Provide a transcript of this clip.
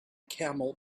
camel